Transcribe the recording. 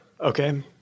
Okay